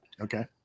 Okay